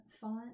font